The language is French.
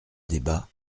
débat